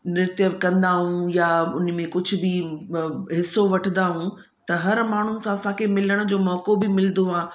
नृत्य कंदा आहियूं या उन में कुझु बि हिसो वठंदा आहियूं त हर माण्हू सां असांखे मिलण जो मौक़ो बि मिलंदो आहे